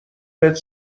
بهت